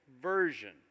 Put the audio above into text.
version